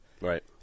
Right